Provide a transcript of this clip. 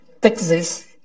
Texas